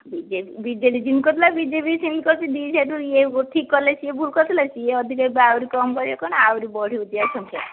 ବିଜେ ବିଜେଡି ଜିନି କରିଥିଲା ବିଜେପି ବି ସେମି କରଛି ଦି ସେଠୁ ଇଏ ଠିକ୍ କଲେ ସିଏ ଭୁଲ କରିଥିଲା ସିଏ ଅଧିକ ଏବେ ଆହୁରି କମ୍ କରିବେ କ'ଣ ଏବେ ଆହୁରି ବଢ଼ି ଚାଲିଛି ଆ ସଂଖ୍ୟା